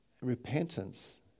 Repentance